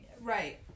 Right